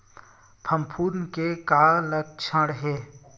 फफूंद के का लक्षण हे?